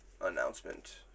announcement